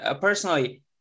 personally